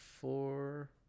four –